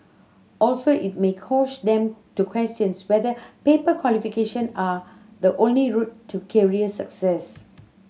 also it may them to question whether paper qualification are the only route to career success